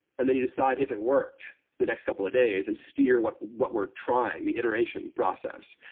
and then you decide if it worked the next couple of days, and steer what what we're trying, the iteration process.